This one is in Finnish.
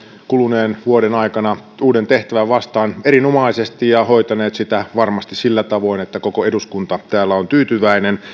kuluneen vuoden aikana olette ottanut uuden tehtävän vastaan erinomaisesti ja hoitanut sitä varmasti sillä tavoin että koko eduskunta täällä on tyytyväinen